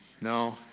no